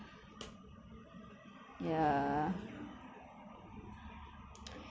yeah